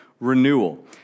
renewal